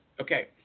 Okay